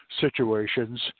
situations